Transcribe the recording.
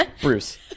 bruce